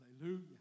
Hallelujah